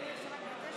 היושב-ראש,